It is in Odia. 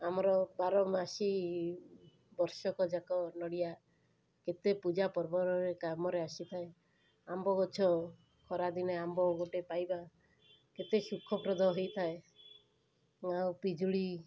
ଆମର ବାରମାସି ବର୍ଷକଯାକ ନଡ଼ିଆ କେତେ ପୂଜାପର୍ବ କାମରେ ଆସିଥାଏ ଆମ୍ବ ଗଛ ଖରାଦିନେ ଆମ୍ବ ଗୋଟେ ପାଇବା କେତେ ସୁଖପ୍ରଦ ହୋଇଥାଏ ଓ ପିଜୁଳି